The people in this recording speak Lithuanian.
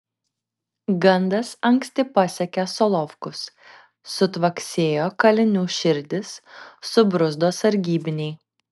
gandas anksti pasiekė solovkus sutvaksėjo kalinių širdys subruzdo sargybiniai